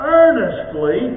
earnestly